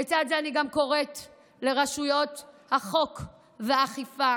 לצד זה אני גם קוראת לרשויות החוק והאכיפה